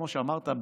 כמו שאמרת,